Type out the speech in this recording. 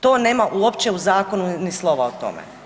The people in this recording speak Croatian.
To nema uopće u zakonu ni slova o tome.